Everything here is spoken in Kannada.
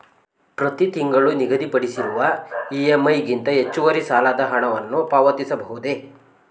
ಪ್ರತಿ ತಿಂಗಳು ನಿಗದಿಪಡಿಸಿರುವ ಇ.ಎಂ.ಐ ಗಿಂತ ಹೆಚ್ಚುವರಿ ಸಾಲದ ಹಣವನ್ನು ಪಾವತಿಸಬಹುದೇ?